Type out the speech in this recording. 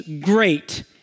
great